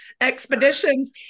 expeditions